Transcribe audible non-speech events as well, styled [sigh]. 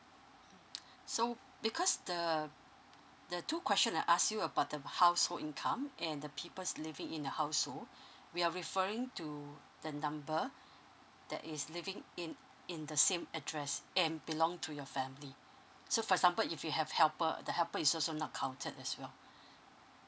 so because the the two question I ask you about the household income and the people's living in the household [breath] we are referring to the number that is living in in the same address and belong to your family so for example if you have helper the helper is also not counted as well